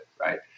Right